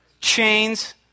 chains